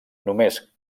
només